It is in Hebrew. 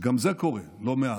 וגם זה קורה לא מעט.